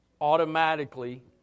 automatically